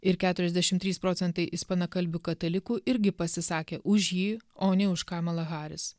ir keturiasdešimt trys procentai ispanakalbių katalikų irgi pasisakė už jį o ne už kamalą harris